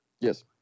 Yes